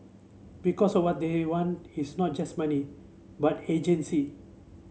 because what they want is not just money but agency